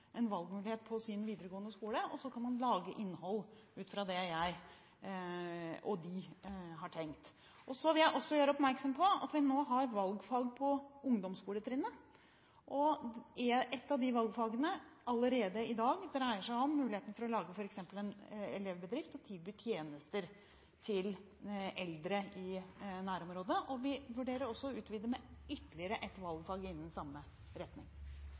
en valgmulighet på sin videregående skole, og så kan man lage innhold ut ifra det som jeg og de har tenkt. Jeg vil også gjøre oppmerksom på at vi nå har valgfag på ungdomsskoletrinnet, og ett av de valgfagene dreier seg allerede i dag om muligheten for å lage f.eks. en elevbedrift og tilby tjenester til eldre i nærområdet. Vi vurderer også å utvide med ytterligere ett valgfag innenfor samme retning.